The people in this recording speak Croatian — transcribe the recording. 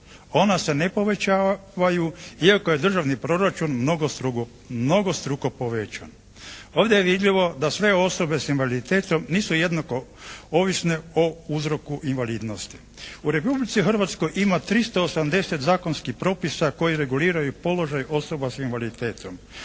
Ona se ne povećavaju iako je državni proračun mnogostruko povećan. Ovdje je vidljivo da sve osobe s invaliditetom nisu jednako ovisne o uzroku invalidnosti. U Republici Hrvatskoj ima 380 zakonskih propisa koji reguliraju položaj osoba s invaliditetom.